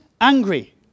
angry